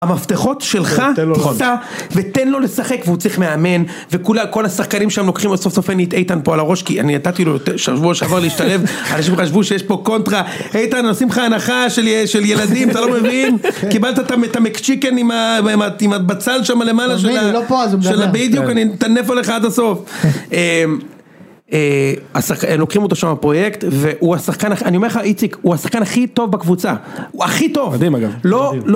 המפתחות שלך, תיסע ותן לו לשחק. והוא צריך מאמן וכל השחקנים שם לוקחים סוף סוף אין לי את איתן פה על הראש כי אני נתתי לו שבוע שעבר להשתלב, אנשים חשבו שיש פה קונטרה איתן עושים לך הנחה של ילדים אתה לא מבין? קיבלת את המקצ'יקן עם הבצל שם למעלה של ה..בדיוק, אני אטנף עליך עד הסוף. לוקחים אותו שם הפרויקט והוא השחקן אני אומר לך איציק, הוא השחקן הכי טוב בקבוצה הוא הכי טוב. מדהים